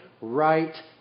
right